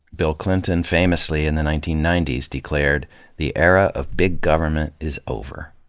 bill clinton famously in the nineteen ninety s declared the era of big government is over.